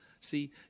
See